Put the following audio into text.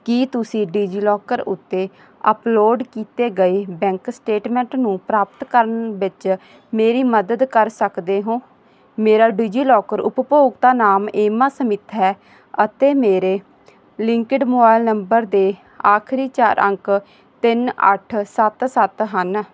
ਕੀ ਤੁਸੀਂ ਡਿਜੀਲਾਕਰ ਉੱਤੇ ਅਪਲੋਡ ਕੀਤੇ ਗਏ ਬੈਂਕ ਸਟੇਟਮੈਂਟ ਨੂੰ ਪ੍ਰਾਪਤ ਕਰਨ ਵਿੱਚ ਮੇਰੀ ਮੱਦਦ ਕਰ ਸਕਦੇ ਹੋ ਮੇਰਾ ਡਿਜੀਲਾਕਰ ਉਪਭੋਗਤਾ ਨਾਮ ਏਮਾ ਸਮਿੱਥ ਹੈ ਅਤੇ ਮੇਰੇ ਲਿੰਕਡ ਮੋਬਾਈਲ ਨੰਬਰ ਦੇ ਆਖਰੀ ਚਾਰ ਅੰਕ ਤਿੰਨ ਅੱਠ ਸੱਤ ਸੱਤ ਹਨ